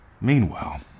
Meanwhile